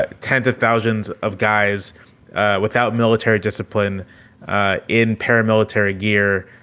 ah tens of thousands of guys without military discipline in paramilitary gear,